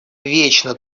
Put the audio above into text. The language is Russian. вечно